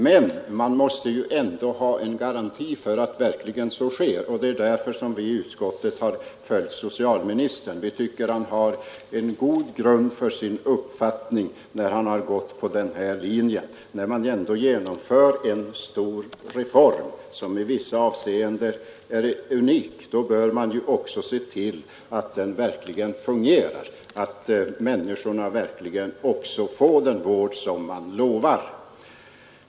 Men man måste ju ändå ha garantier för att så sker, och det är därför som vi i utskottet har följt socialministerns förslag. Vi tycker att socialministern har god grund för sin uppfattning. När vi nu går på denna linje och genomför en stor reform, som i vissa avseenden är unik, så bör vi också se till att den fungerar och att människorna verkligen får den vård som utlovas.